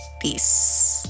Peace